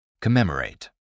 commemorate